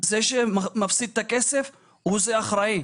זה שמפסיד את הכסף הוא האחראי.